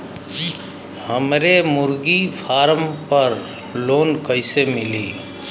हमरे मुर्गी फार्म पर लोन कइसे मिली?